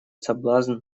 соблазн